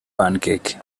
pancake